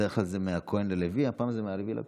בדרך כלל זה מהכוהן ללוי, הפעם זה מהלוי לכוהן.